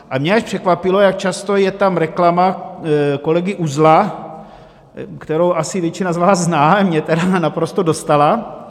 A mě až překvapilo, jak často je tam reklama kolegy Uzla, kterou asi většina z vás zná , mě tedy naprosto dostala.